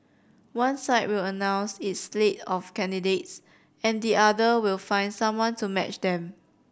one side will announce its slate of candidates and the other will find someone to match them